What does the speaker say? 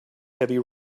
heavy